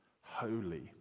holy